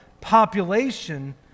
population